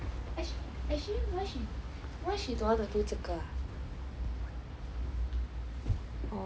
actually why she don't want do 这个 ah